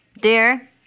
Dear